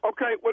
Okay